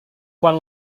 quan